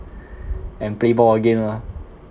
and play ball again lah